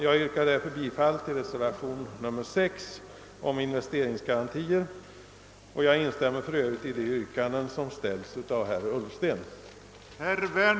Jag yrkar bifall till reservationen 6, och jag instämmer för övrigt i de yrkanden som har ställts av herr Ullsten.